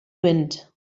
wind